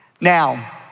Now